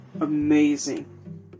Amazing